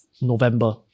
November